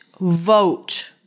vote